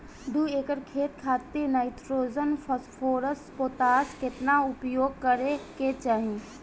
दू एकड़ खेत खातिर नाइट्रोजन फास्फोरस पोटाश केतना उपयोग करे के चाहीं?